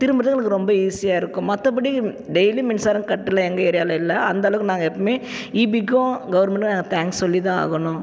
திரும்புகிறதுக்கு எங்களுக்கு ரொம்ப ஈஸியாக இருக்கும் மற்றபடி டெய்லி மின்சாரம் கட்டில் எங்கள் ஏரியாவில எல்லாம் அந்தளவுக்கு நாங்கள் எப்பவுமே ஈபிக்கும் கவுர்மெண்ட்டுக்கும் நாங்கள் தேங்க்ஸ் சொல்லிதான் ஆகணும்